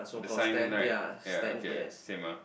the sign right ya okay same ah